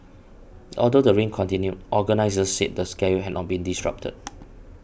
although the rain continued organisers said the schedule had not been disrupted